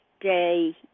day